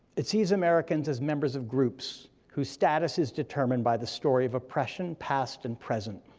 it sees americans as members of groups, whose status is determined by the story of oppression, past and present.